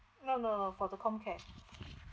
no no no for the comcare